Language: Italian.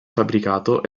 fabbricato